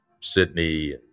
Sydney